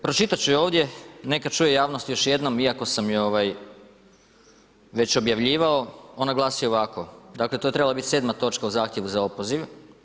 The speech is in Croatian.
Pročitati ću je ovdje, neka čuje javnost još jednom iako sam je već objavljivao, ona glasi ovako, dakle to je trebala biti 7. točka u zahtjevu za opoziv.